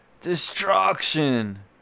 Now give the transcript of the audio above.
Destruction